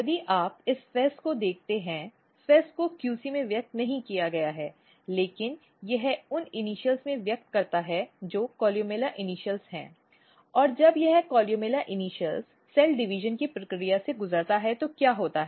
यदि आप इस FEZ को देखते हैं FEZ को QC में व्यक्त नहीं किया गया है लेकिन यह उन इनिशियल में व्यक्त करता है जो कोलुमेला इनिशियल है और जब यह कोलुमेला इनिशियल्स सेल डिवीजन की प्रक्रिया से गुजरता है तो क्या होता है